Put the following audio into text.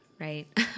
right